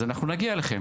כך שאנחנו נגיע אליהם.